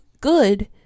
good